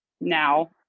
now